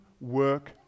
work